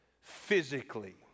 physically